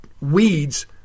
weeds